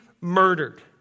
murdered